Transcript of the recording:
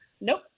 Nope